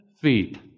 feet